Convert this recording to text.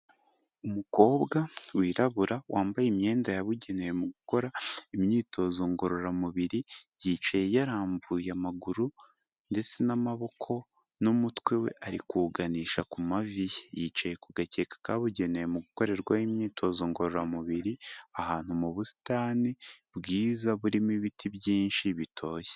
Umukobwa wirabura wambaye imyenda yabugenewe mu gukora imyitozo ngororamubiri, yicaye yarambuye amaguru ndetse n'amaboko n'umutwe we arikuwuganisha ku mavi ye, yicaye ku gakeka kabugenewe mu gukorerwaho imyitozo ngororamubiri ahantu mu busitani bwiza burimo ibiti byinshi bitoshye.